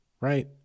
right